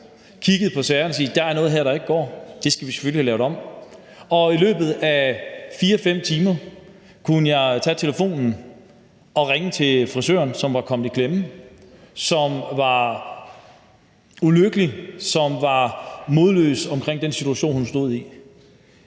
kiggede på sagerne og sagde: Der er noget her, der ikke går, det skal vi selvfølgelig have lavet om. Og efter 4-5 timer kunne jeg tage telefonen og ringe til frisøren, som var kommet i klemme, som var ulykkelig, og som var modløs over den situation, hun stod i.